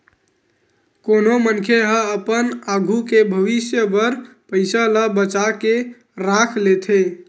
कोनो मनखे ह अपन आघू के भविस्य बर पइसा ल बचा के राख लेथे